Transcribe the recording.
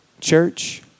church